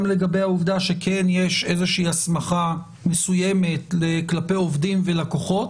גם לגבי העובדה שכן יש איזושהי הסמכה מסוימת כלפי עובדים ולקוחות